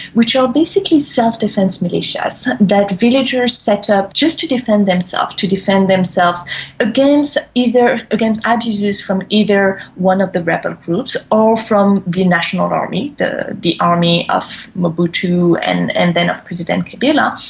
which are basically self-defence militias that villagers set up just to defend themselves, to defend themselves against either, against ah abuses from either one of the rebel groups or from the national army, the the army of mobutu and and then of president kabila,